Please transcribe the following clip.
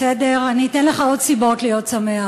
בסדר, אני אתן לך עוד סיבות להיות שמח.